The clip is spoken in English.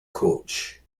coach